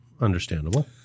Understandable